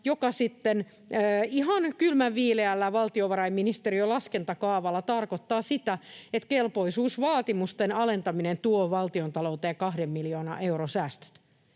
joka sitten ihan kylmänviileällä valtiovarainministeriön laskentakaavalla tarkoittaa sitä, että kelpoisuusvaatimusten alentaminen tuo valtiontalouteen kahden miljoonan euron säästöt.